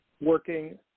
working